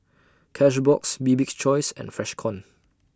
Cashbox Bibik's Choice and Freshkon